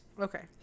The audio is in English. Okay